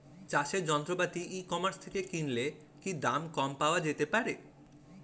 চাষের যন্ত্রপাতি e commerce থেকে কিনলে কি দাম কম পাওয়া যেতে পারে?